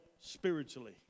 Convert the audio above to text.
spiritually